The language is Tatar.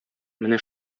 менә